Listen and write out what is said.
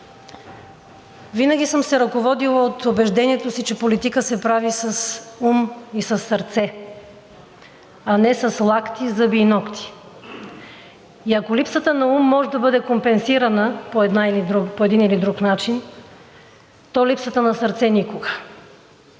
Винаги съм се ръководила от убеждението си, че политика се прави с ум и със сърце, а не с лакти, зъби и нокти. И ако липсата на ум може да бъде компенсирана по един или друг начин, то липсата на сърце – никога.